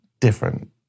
different